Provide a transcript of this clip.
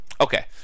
Okay